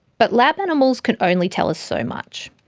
but lab animals can only tell us so much.